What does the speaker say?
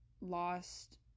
lost